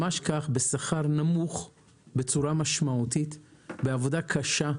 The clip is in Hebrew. ממש כך, בשכר נמוך בצורה משמעותית, בעבודה קשה,